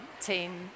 team